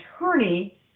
attorney